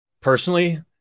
personally